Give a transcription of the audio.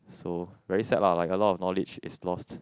so very sad lah like a lot of knowledge is lost